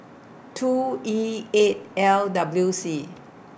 two E eight L W C